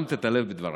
חיממת את הלב בדברייך.